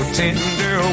tender